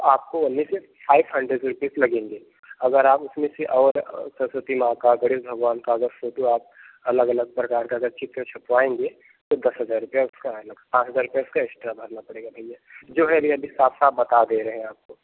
तो आपको ओन्ली सिर्फ फाइफ हंड्रेड रुपीस लगेंगे अगर आप उसमें से और सरस्वती माँ का गणेश भगवान का अगर फोटो आप अलग अलग प्रकार का अगर चित्र छपवाएँगे तो दस हज़ार रुपया उसका अलग पाँच रुपए उसका एक्स्ट्रा भरना पड़ेगा भैया जो है रियल्टी साफ साफ बता दे रहे हैं आपको